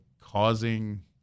causing